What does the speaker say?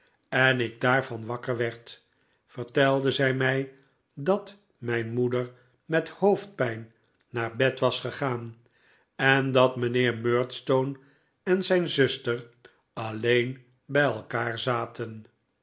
kijken enik daarvan wakker werd vertelde zij mij dat mijn moeder met hoofdpijn naar bed was gegaan en dat mijnheer murdstone en zijn zuster alleen bij elkaar zaten